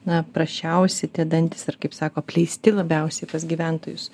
na prasčiausi tie dantys ar kaip sako apleisti labiausiai pas gyventojus